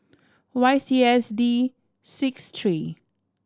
Y C S D six three